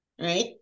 right